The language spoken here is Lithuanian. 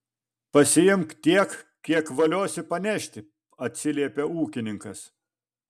pasiimk tiek kiek valiosi panešti atsiliepė ūkininkas